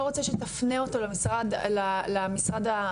לא רוצה שתפנה אותו למשרד המתאים,